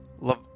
Love